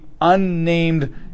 unnamed